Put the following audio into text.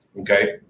okay